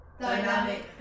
Dynamic